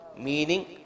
meaning